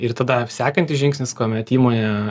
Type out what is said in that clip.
ir tada sekantis žingsnis kuomet įmonė